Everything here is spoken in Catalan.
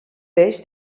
peix